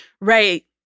Right